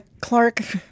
Clark